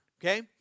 okay